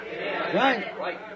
Right